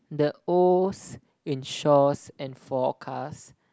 the Os in shores and forecast